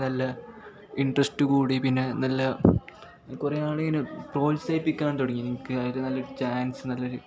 നല്ല ഇൻട്രസ്റ്റ് കൂടി പിന്നെ നല്ല കുറേ ആളേനു പ്രോത്സായ്പ്പിക്കാൻ തുടങ്ങിന് നിനക്ക് നല്ലൊരു ചാൻസ് നല്ലൊരു